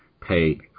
pay